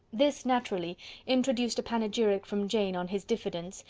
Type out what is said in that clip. this naturally introduced a panegyric from jane on his diffidence,